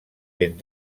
ben